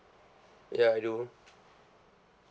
ya I do